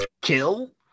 kill